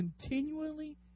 continually